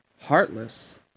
Heartless